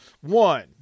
One